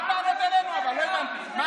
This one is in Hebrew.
מה